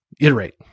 iterate